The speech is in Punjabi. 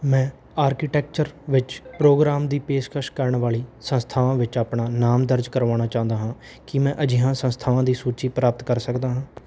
ਮੈਂ ਆਰਕੀਟੈਕਚਰ ਵਿੱਚ ਪ੍ਰੋਗਰਾਮ ਦੀ ਪੇਸ਼ਕਸ਼ ਕਰਨ ਵਾਲੀ ਸੰਸਥਾਵਾਂ ਵਿੱਚ ਆਪਣਾ ਨਾਮ ਦਰਜ ਕਰਵਾਉਣਾ ਚਾਹੁੰਦਾ ਹਾਂ ਕੀ ਮੈਂ ਅਜਿਹੀਆਂ ਸੰਸਥਾਵਾਂ ਦੀ ਸੂਚੀ ਪ੍ਰਾਪਤ ਕਰ ਸਕਦਾ ਹਾਂ